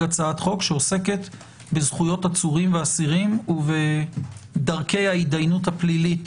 הצעת חוק שעוסקת בזכויות עצורים ואסירים ובדרכי ההידיינות הפלילית